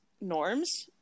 norms